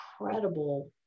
incredible